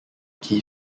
key